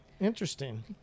Interesting